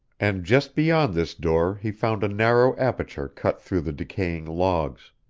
and just beyond this door he found a narrow aperture cut through the decaying logs.